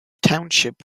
township